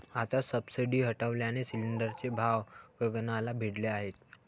आता सबसिडी हटवल्याने सिलिंडरचे भाव गगनाला भिडले आहेत